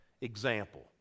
example